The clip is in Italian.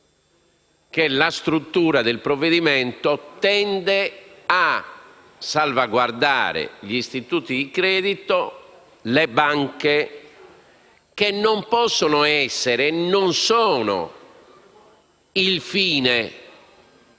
che la struttura del provvedimento tende a salvaguardare gli istituti di credito e le banche, che non possono essere e non sono il fine